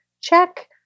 check